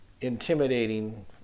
intimidating